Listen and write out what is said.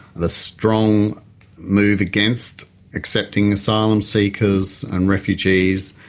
the strong move against accepting asylum seekers and refugees,